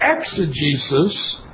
exegesis